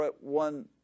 one